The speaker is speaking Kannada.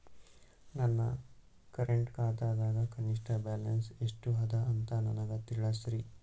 ನನ್ನ ಕರೆಂಟ್ ಖಾತಾದಾಗ ಕನಿಷ್ಠ ಬ್ಯಾಲೆನ್ಸ್ ಎಷ್ಟು ಅದ ಅಂತ ನನಗ ತಿಳಸ್ರಿ